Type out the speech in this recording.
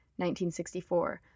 1964